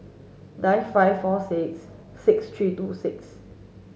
nine five four six six three two six